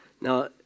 Now